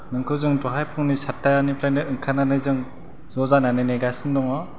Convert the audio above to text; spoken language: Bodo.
नोंखौ जों दहाय फुंनि सातथानिफ्रायनो ओंखारनानै जों ज' जानानै नेगासिनो दङ